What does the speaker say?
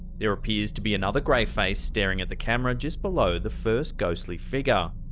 there appears to be another gray face staring at the camera, just below the first ghostly figure.